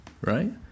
right